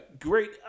Great